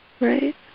Right